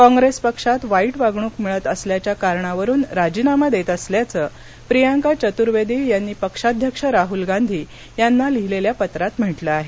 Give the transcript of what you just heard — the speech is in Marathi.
काँग्रेस पक्षात वाईट वागणूक मिळत असल्याच्या कारणावरून राजीनामा देत असल्याचं प्रियांका चतुर्वेदी यांनी पक्षाध्यक्ष राहल गांधी यांना लिहीलेल्या पत्रात म्हटलं आहे